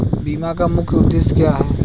बीमा का मुख्य उद्देश्य क्या है?